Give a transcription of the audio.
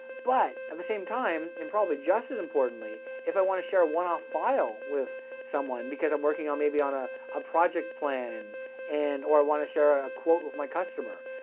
but at the same time, and probably just as importantly, if i wanna share a one-off file with someone because i'm working on maybe on ah a project plan and or i wanna share a a quote with my customer,